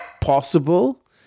possible